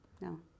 no